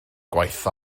gwaith